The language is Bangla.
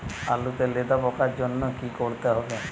আলুতে লেদা পোকার জন্য কি করতে হবে?